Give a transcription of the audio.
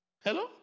Hello